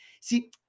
See